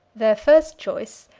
their first choice,